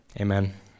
Amen